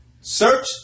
Search